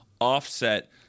offset